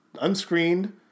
Unscreened